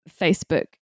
Facebook